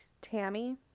Tammy